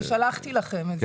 אני שלחתי לכם.